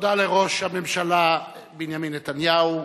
תודה לראש הממשלה בנימין נתניהו.